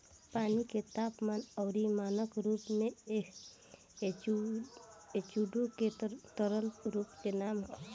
पानी के तापमान अउरी मानक रूप में एचटूओ के तरल रूप के नाम ह